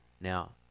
Now